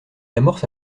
amorce